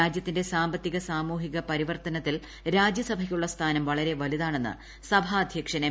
രാജ്യത്തിന്റെ സാമ്പത്തിക സാമൂഹിക പരിവർത്തനത്തിൽ രാജ്യസഭയ്ക്കുള്ള സ്ഥാനം വളരെ വലുതാണെന്ന് സഭാദ്ധ്യക്ഷൻ എം